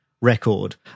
record